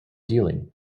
dealing